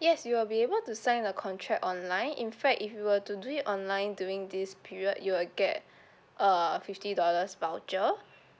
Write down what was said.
yes you will be able to sign a contract online in fact if you were to do it online during this period you will get a fifty dollars voucher